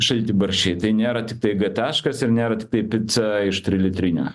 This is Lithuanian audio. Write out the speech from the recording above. šaltibarščiai tai nėra tiktai g taškas ir nėra tiktai pica iš trilitrinio